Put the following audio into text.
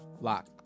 lock